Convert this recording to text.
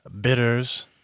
bitters